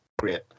great